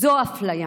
זו אפליה.